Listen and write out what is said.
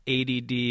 ADD